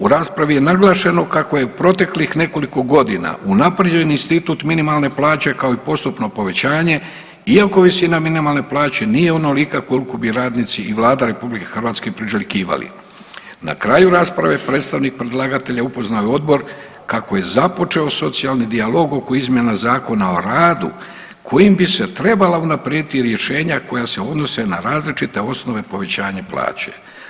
U raspravi je naglašeno kako je proteklih nekoliko godina unaprijeđen institut minimalne plaće kao i postupno povećanje iako većina minimalne plaće nije onolika koliku bi radnici i Vlada RH priželjkivali Na kraju rasprave predstavnik predlagatelja upoznao je odbor kako je započeo socijalni dijalog oko izmjena Zakona o radu kojim bi se trebala unaprijediti rješenja koja se odnose na različite osnove povećanja plaće.